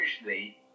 usually